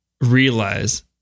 realize